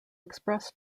express